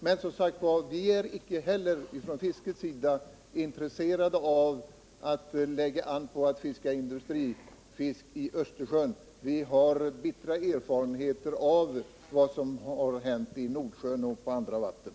Men, som sagt, vi är från fiskerinäringens sida inte heller intresserade av någon inriktning på industrifiske i Östersjön. Vi har bittra erfarenheter av vad som i det avseendet har hänt i Nordsjön och på andra vatten.